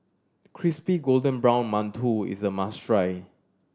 crispy golden brown mantou is a must try